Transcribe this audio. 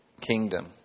Kingdom